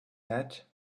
head